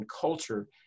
culture